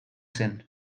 zen